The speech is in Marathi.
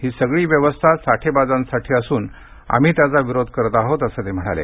ही सगळी व्यवस्था साठेबाजांसाठी असून आम्ही त्याचा विरोध करतो असं ते म्हणाले